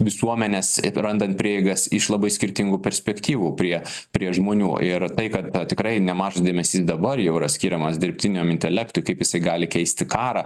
visuomenes randant prieigas iš labai skirtingų perspektyvų prie prie žmonių ir tai kad tikrai nemažas dėmesys dabar jau yra skiriamas dirbtiniam intelektui kaip jisai gali keisti karą